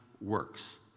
works